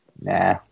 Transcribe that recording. Nah